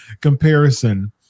comparison